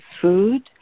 food